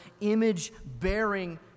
image-bearing